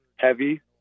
Heavy